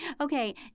Okay